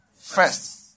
First